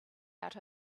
out